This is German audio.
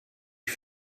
ich